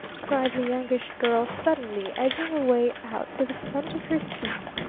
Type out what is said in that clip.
cried the youngish girl suddenly, edging away out to the front of her seat.